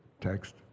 Text